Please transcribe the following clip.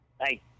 Hey